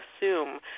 assume